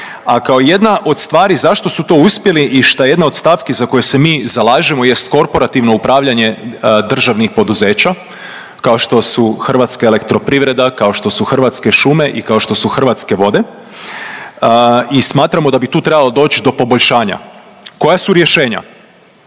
a kao jedna od stvari zašto su to uspjeli i šta jedna od stavki za koje se mi zalažemo jest korporativno upravljanje državnih poduzeća kao što su Hrvatske elektroprivreda kao što su Hrvatske šume i kao što su Hrvatske vode i smatramo da bi tu trebalo doć do poboljšanja. Koja su rješenja?